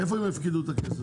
איפה הם יפקידו את הכסף?